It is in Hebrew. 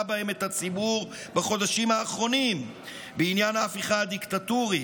בהם את הציבור בחודשים האחרונים בעניין ההפיכה הדיקטטורית.